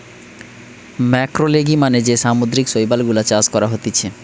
ম্যাক্রোলেগি মানে যে সামুদ্রিক শৈবাল গুলা চাষ করা হতিছে